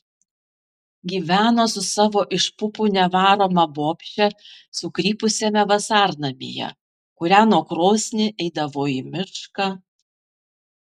gyveno su savo iš pupų nevaroma bobše sukrypusiame vasarnamyje kūreno krosnį eidavo į mišką